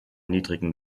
niedrigen